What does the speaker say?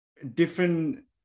Different